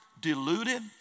deluded